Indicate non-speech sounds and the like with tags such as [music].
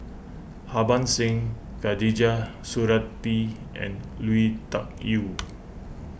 Harbans Singh Khatijah Surattee and Lui Tuck Yew [noise]